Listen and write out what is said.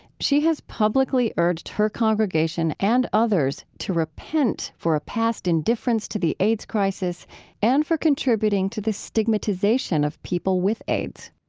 she has publicly urged her congregation and others to repent for a past indifference to the aids crisis and for contributing to the stigmatization of people with aids